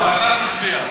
אבל אתה תצביע.